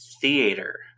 theater